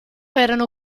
erano